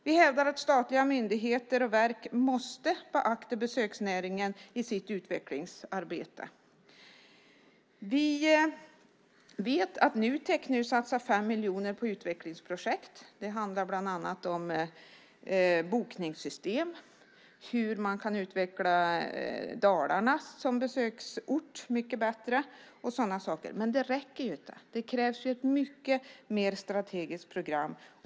Vi hävdar att statliga myndigheter och verk måste beakta besöksnäringen i sitt utvecklingsarbete. Vi vet att Nutek nu satsar 5 miljoner på utvecklingsprojekt. Det handlar bland annat om bokningssystem, hur man kan utveckla Dalarna som besöksort mycket bättre och sådana saker. Men det räcker inte. Det krävs ett mycket mer strategiskt program.